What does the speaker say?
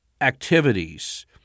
activities